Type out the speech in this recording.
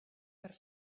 per